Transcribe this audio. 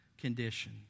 condition